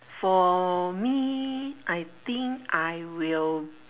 for me I think I will